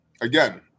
Again